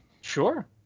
Sure